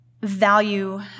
value